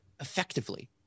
effectively